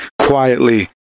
quietly